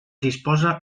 disposa